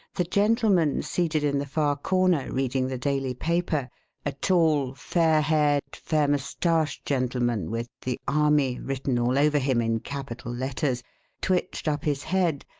the gentleman seated in the far corner reading the daily paper a tall, fair-haired, fair-moustached gentleman with the army written all over him in capital letters twitched up his head,